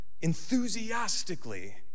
enthusiastically